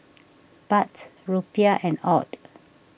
Baht Rupiah and Aud